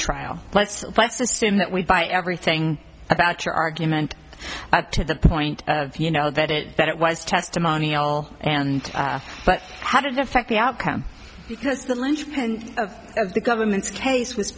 trial let's assume that we buy everything about your argument to the point of you know that it that it was testimonial and but how did it affect the outcome because the linchpin of the government's case was